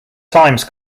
times